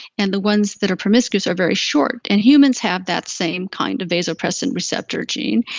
and the ones that are promiscuous, are very short and humans have that same kind of vasopressin receptor gene,